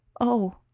Oh